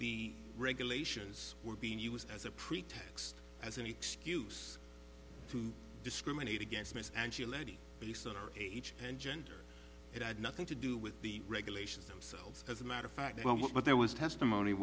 the regulations were being used as a pretext as an excuse to discriminate against miss and she lady based on her age and gender it had nothing to do with the regulations themselves as a matter of fact almost but there was testimony